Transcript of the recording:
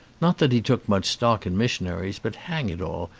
not that he took much stock in mission aries but, hang it all,